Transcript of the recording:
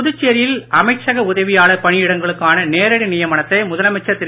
புதுச்சேரியில் அமைச்சக உதவியாளர் பணியிடங்களுக்கான செரடி நியமனத்தை முதலமைச்சர் திரு